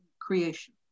creation